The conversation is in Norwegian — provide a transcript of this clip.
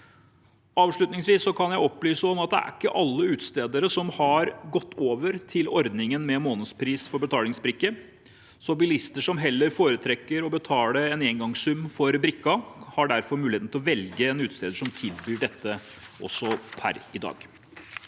Avslutningsvis kan jeg opplyse at det ikke er alle utstedere som har gått over til en ordning med månedspris for betalingsbrikken. Bilister som heller foretrekker å betale en engangssum for brikken, har derfor også per i dag mulighet til å velge en utsteder som tilbyr dette.